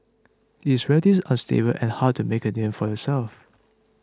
it's relatively unstable and hard to make a name for yourself